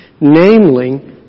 namely